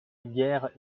guère